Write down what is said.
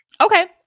Okay